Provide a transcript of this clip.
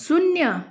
शून्य